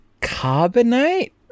carbonate